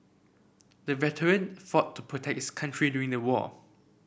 the veteran fought to protects country during the war